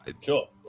Sure